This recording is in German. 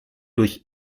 durch